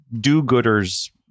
do-gooder's